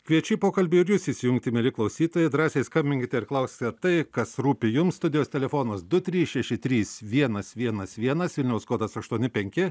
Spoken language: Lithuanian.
kviečiu į pokalbį ir jus įsijungti mieli klausytojai drąsiai skambinkite ir klauskite tai kas rūpi jums studijos telefonas du trys šeši trys vienas vienas vienas vilniaus kodas aštuoni penki